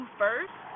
first